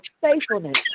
faithfulness